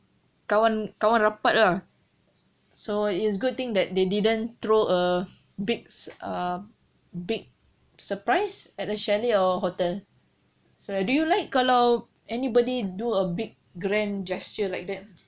kawan-kawan rapat lah so is good thing that they didn't throw a big uh big surprise at a chalet or hotel so I do you like kalau anybody do like a big grand gesture like that